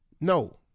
no